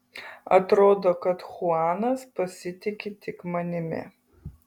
atrodo kad chuanas pasitiki tik manimi